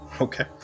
Okay